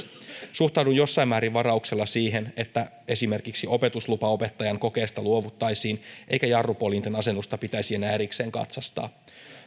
suhtaudun jossain määrin varauksella siihen että esimerkiksi opetuslupaopettajan kokeesta luovuttaisiin eikä jarrupoljinten asennusta pitäisi enää erikseen katsastaa